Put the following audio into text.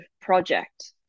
project